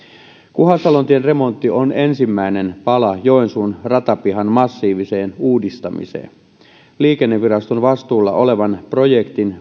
kuhasalontien remontti on ensimmäinen pala joensuun ratapihan massiiviseen uudistamiseen liikenneviraston vastuulla olevan projektin